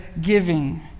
giving